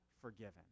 forgiven